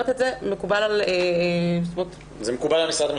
מה שאני אומרת מקובל על -- זה מקובל על משרד המשפטים.